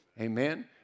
Amen